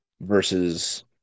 versus